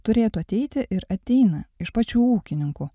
turėtų ateiti ir ateina iš pačių ūkininkų